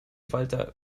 walter